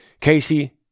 Casey